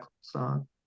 song